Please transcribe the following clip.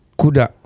kuda